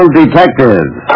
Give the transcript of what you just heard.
detectives